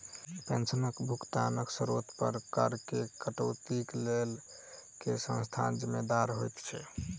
पेंशनक भुगतानक स्त्रोत पर करऽ केँ कटौतीक लेल केँ संस्था जिम्मेदार होइत छैक?